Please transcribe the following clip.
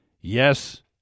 yes